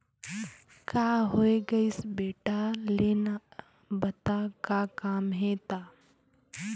का होये गइस बेटा लेना बता का काम हे त